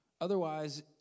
Otherwise